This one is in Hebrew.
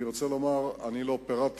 לא פירטתי,